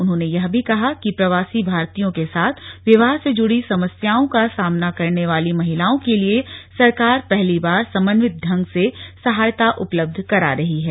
उन्होंने यह भी कहा कि प्रवासी भारतीयों के साथ विवाह से जुड़ी समस्याओं का सामना करने वाली महिलाओं के लिए सरकार पहली बार समनवत ढंग से सहायता उपलब्ध करा रही है